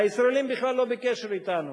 הישראלים בכלל לא בקשר אתנו.